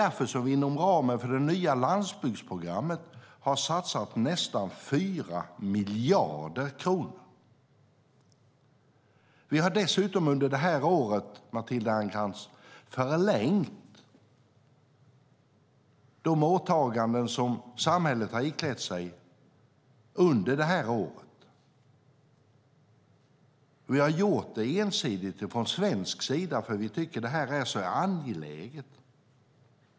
Därför har det inom ramen för det nya landsbygdprogrammet satsats nästan 4 miljarder kronor. Under det här året har vi dessutom förlängt de åtaganden som samhället har iklätt sig, Matilda Ernkrans. Vi har gjort det ensidigt från svensk sida eftersom vi tycker att det är angeläget.